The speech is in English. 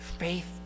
faith